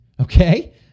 Okay